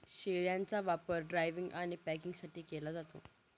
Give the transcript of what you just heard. शेळ्यांचा वापर ड्रायव्हिंग आणि पॅकिंगसाठी केला जातो